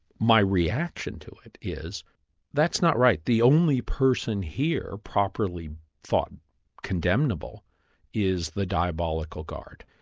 my reaction to it is that's not right the only person here properly thought condemnable is the diabolical guard.